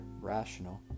rational